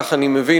כך אני מבין,